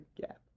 gap